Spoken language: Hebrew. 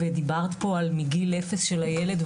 ודיברת פה על מגיל אפס של הילד.